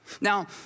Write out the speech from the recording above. Now